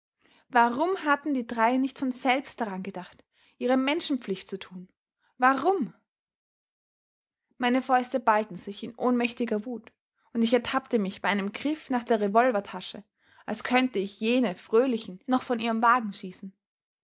warum hatten die drei nicht von selbst daran gedacht ihre menschenpflicht zu tun warum meine fäuste ballten sich in ohnmächtiger wut und ich ertappte mich bei einem griff nach der revolvertasche als könnte ich jene fröhlichen noch von ihrem wagen schießen